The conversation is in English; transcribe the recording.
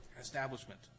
establishment